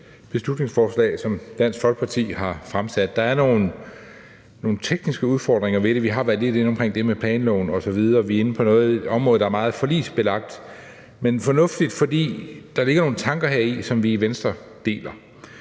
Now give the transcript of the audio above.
beslutningsforslag, som Dansk Folkeparti har fremsat. Der er nogle tekniske udfordringer med det, og vi har været lidt inde omkring det med planloven osv. Vi er inde på et område, der er meget forligsbelagt. Men det er fornuftigt, fordi der ligger nogle tanker heri, som vi i Venstre deler.